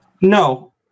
No